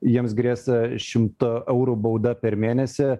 jiems grės šimto eurų bauda per mėnesį